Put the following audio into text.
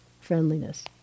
friendliness